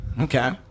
Okay